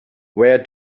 where